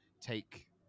take